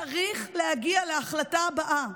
צריך להגיע להחלטה הבאה: